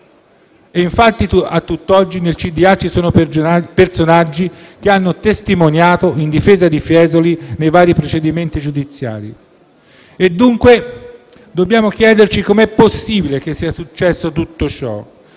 di amministrazione ci sono personaggi che hanno testimoniato in difesa di Fiesoli nei vari procedimenti giudiziari. Dunque, dobbiamo chiederci come è possibile che sia successo tutto ciò.